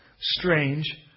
Strange